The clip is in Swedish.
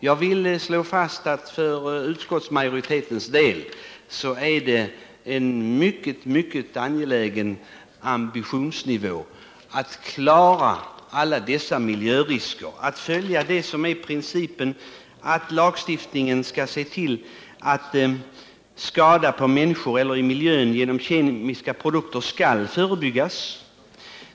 Jag vill slå fast att för utskottsmajoritetens del är en mycket angelägen ambition att komma till rätta med alla dessa miljörisker, att följa principen i lagstiftningen att ”skada på människor eller i miljön genom kemiska produkter skall förebyggas”.